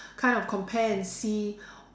kind of compare and see